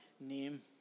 name